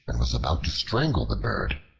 and was about to strangle the bird.